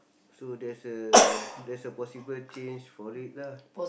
so there's a there's a possible change for it lah